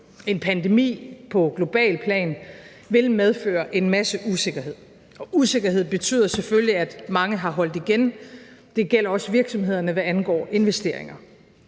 En pandemi på globalt plan vil medføre en masse usikkerhed, og usikkerhed betyder selvfølgelig, at mange af har holdt igen. Det gælder også virksomhederne, hvad angår investeringer.